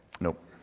Nope